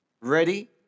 Ready